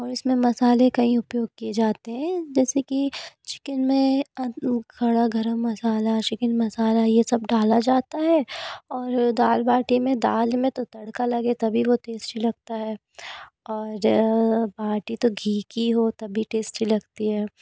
और इसमें मसाले कई उपयोग किए जाते हैं जैसे कि चिकेन में खड़ा गर्म मसाला चिकेन मसाला यह सब डाला जाता है और दाल बाटी में दाल में तो तड़का लगे तभी वह टेस्टी लगता है और बाटी तो घी की हो तभी टेस्टी लगती है